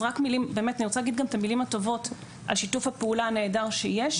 אז אני רוצה להגיד גם את המילים הטובות על שיתוף הפעולה הנהדר שיש.